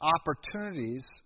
opportunities